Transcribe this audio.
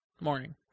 morning